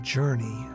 journey